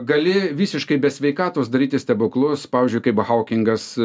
gali visiškai be sveikatos daryti stebuklus pavyzdžiui kaip haukingas